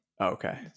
okay